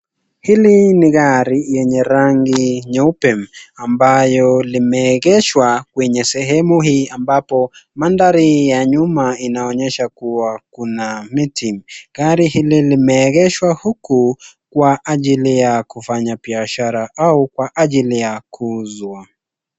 Hili ni gari yenye rangi nyeupe ambayo limeegeshwa kwenye sehemu hii ambapo mandhari ya nyuma inaonyesha kuwa kuna miti. Gari hili limeegeshwa huku kwa ajili ya kufanya biashara au kwa ajili ya kuuzwa.